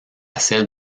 celles